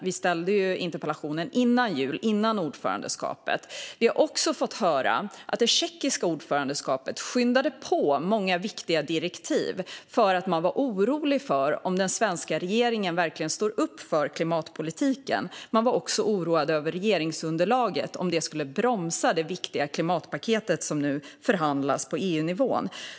Vi ställde ju interpellationen före jul och före ordförandeskapet. Vi har också fått höra att det tjeckiska ordförandeskapet skyndade på många viktiga direktiv därför att man var orolig för huruvida den svenska regeringen verkligen stod upp för klimatpolitiken. Man var också oroad över regeringsunderlaget, om det skulle bromsa det viktiga klimatpaket som nu förhandlas på EU-nivå.